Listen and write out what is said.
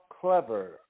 clever